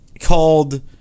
called